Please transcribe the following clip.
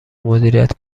مدیریت